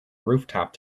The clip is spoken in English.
rooftop